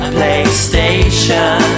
PlayStation